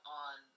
on